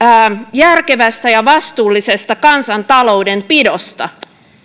järkevästä ja vastuullisesta kansantaloudenpidosta